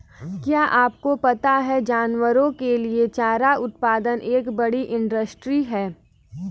क्या आपको पता है जानवरों के लिए चारा उत्पादन एक बड़ी इंडस्ट्री है?